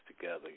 together